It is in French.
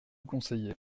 conseiller